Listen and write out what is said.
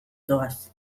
doaz